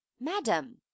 madam